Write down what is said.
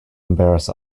embarrass